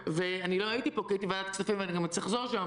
לא הייתי פה כי הייתי בוועדת הכספים וגם אצטרך לחזור לשם,